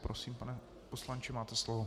Prosím, pane poslanče, máte slovo.